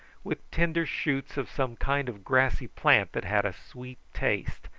with tender shoots of some kind of grassy plant that had a sweet taste,